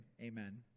Amen